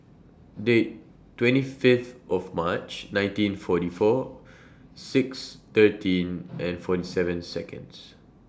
Date twenty Fifth of March nineteen forty four six thirteen and forty seven Seconds